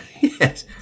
Yes